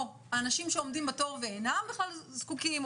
או האנשים שעומדים בתור ואינם בכלל זקוקים,